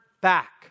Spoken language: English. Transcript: back